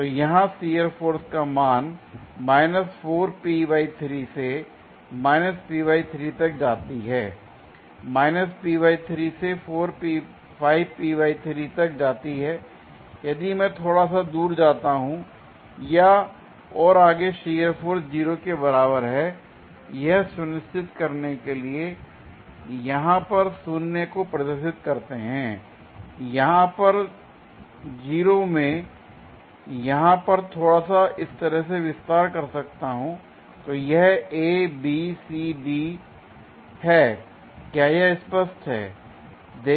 तो यहां shear force का मान से तक जाती है से तक जाती हैl यदि मैं थोड़ा सा दूर जाता हूं या और आगे शियर फोर्स 0 के बराबर है l यह सुनिश्चित करने के लिए यहां पर 0 को प्रदर्शित करते हैं यहां पर 0 मैं यहां पर थोड़ा सा इस तरह से विस्तार कर सकता हूं l तो यह A B C D है क्या यह स्पष्ट है